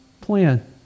plan